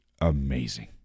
amazing